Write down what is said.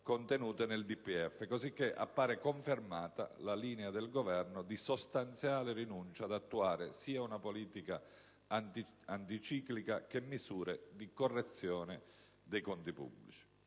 tempo), cosicché appare confermata la linea del Governo di sostanziale rinuncia ad attuare sia una politica anticiclica, che misure di correzione dei conti pubblici.